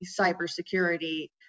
cybersecurity